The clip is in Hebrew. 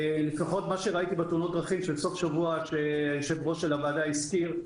לפחות מה שראיתי בתאונות הדרכים של סוף השבוע שיו"ר הוועדה הזכיר,